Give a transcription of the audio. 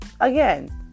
again